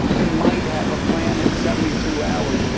they might have a plan in seventy two hours.